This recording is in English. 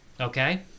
okay